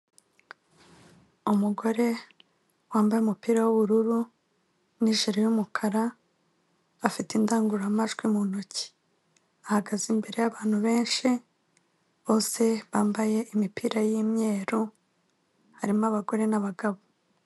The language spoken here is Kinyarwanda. Umugore wambaye umupira w'ubururu n'ijire y'umukara, afite indangururamajwi mu ntoki. Ahagaze imbere y'abantu benshi bose bambaye imipira y'imweru, harimo abagore n'abagabo.